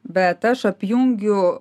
bet aš apjungiu